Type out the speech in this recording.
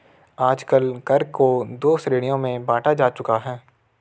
आजकल कर को दो श्रेणियों में बांटा जा चुका है